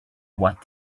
what